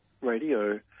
radio